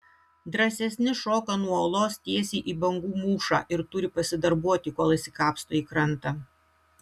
drąsesni šoka nuo uolos tiesiai į bangų mūšą ir turi pasidarbuoti kol išsikapsto į krantą